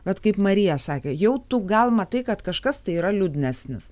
vat kaip marija sakė jau tu gal matai kad kažkas tai yra liūdnesnis